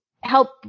help